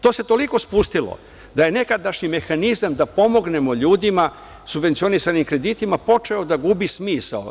To se toliko spustilo da je nekadašnji mehanizam da pomognemo ljudima subvencionisanim kreditima počeo da gubi smisao.